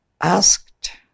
asked